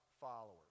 followers